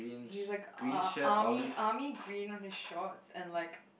he's like army army green on the shorts and like